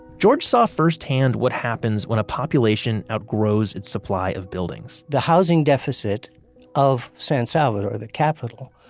george saw firsthand what happens when a population outgrows its supply of buildings the housing deficit of san salvador, the capital,